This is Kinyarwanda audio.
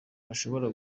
bashobora